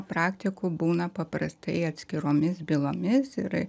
praktikų būna paprastai atskiromis bylomis ir